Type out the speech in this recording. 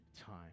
time